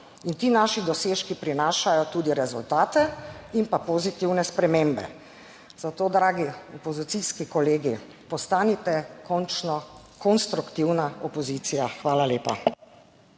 in ti naši dosežki prinašajo tudi rezultate in pa pozitivne spremembe. Zato, dragi opozicijski kolegi, postanite končno konstruktivna opozicija. Hvala lepa.